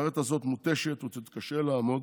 המערכת הזאת מותשת ותתקשה לעמוד